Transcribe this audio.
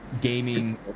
gaming